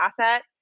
asset